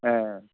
ആ